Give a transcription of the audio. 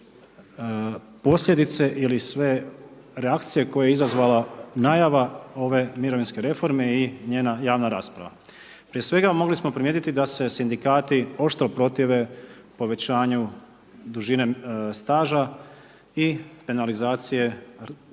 posljedice ili sve reakcije koje je izazvala najava ove mirovinske reforme i njena javna rasprava. Prije svega mogli smo primijetiti da se sindikati oštro protive povećanju dužine staža i penalizacije ranijeg